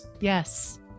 Yes